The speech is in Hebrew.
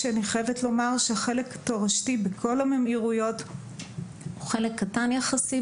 החלק תורשתי בכל הממאירויות הוא חלק קטן יחסי,